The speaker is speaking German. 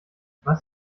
was